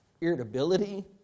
irritability